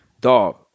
dog